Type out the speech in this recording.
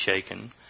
shaken